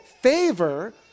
favor